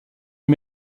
une